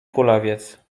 kulawiec